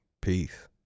Peace